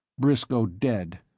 briscoe dead.